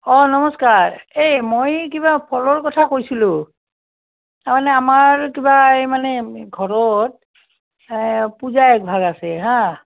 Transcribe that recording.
অঁ নমস্কাৰ এই মই কিবা ফলৰ কথা কৈছিলোঁ তাৰমানে আমাৰ কিবা এই মানে ঘৰত পূজা এভাগ আছে হাঁ